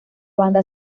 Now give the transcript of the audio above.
banda